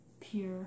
pure